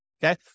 Okay